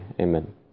amen